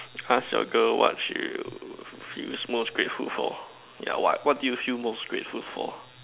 ask your girl what she will feels most grateful for yeah what what do you feel most grateful for